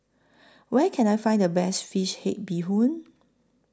Where Can I Find The Best Fish Head Bee Hoon